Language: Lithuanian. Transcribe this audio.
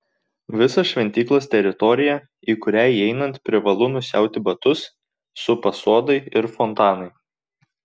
visą šventyklos teritoriją į kurią įeinant privalu nusiauti batus supa sodai ir fontanai